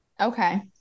Okay